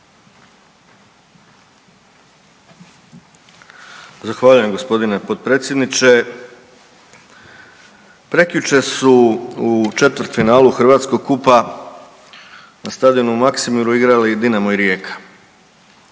Zahvaljujem gospodine potpredsjedniče. Prekjučer su u četvrtfinalu Hrvatskog kupa na stadionu u Maksimiru igrali Dinamo i Rijeka.